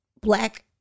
black